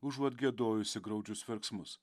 užuot giedojusi graudžius verksmus